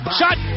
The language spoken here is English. shot